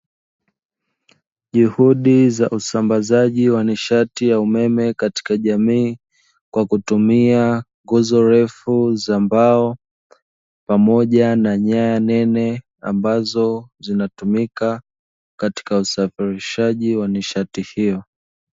Juhudi za usambazaji wa nishati ya umeme katika jamii, kwa kutumia nguzo refu za mbao pamoja na nyanya nene ambazo zinatumika katika usafirishaji wa nishati hiyo.